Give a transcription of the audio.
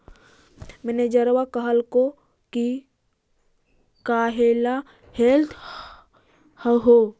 मैनेजरवा कहलको कि काहेला लेथ हहो?